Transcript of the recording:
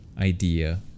idea